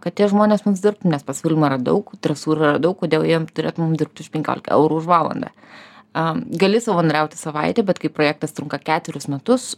kad tie žmonės mums dirbtų nes pasiūlymų yra daug trasų daug kodėl jiem turėtų mum dirbt už penkiolika eurų už valandą a gali savanoriauti savaitę bet kai projektas trunka ketverius metus